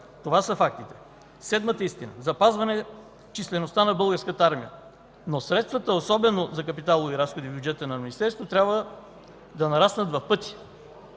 Това са фактите. Седмата истина: запазване числеността на Българската армия. Но средствата, особено за капиталови разходи в бюджета на Министерството, трябва да нараснат в пъти.